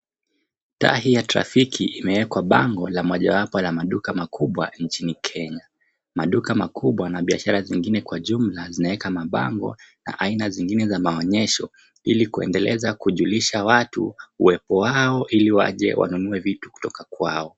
Taa hii ya trafiki imewekwa bango la mojawapo la maduka makubwa nchini Kenya. Maduka makubwa na biashara zingine kwa jumla zinaweka mabango na aina zingine za maonyesho ili kuendeleza kujulisha watu uwepo wao ili waje wanunue viti kutoka kwao.